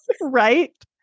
Right